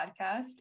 podcast